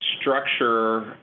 structure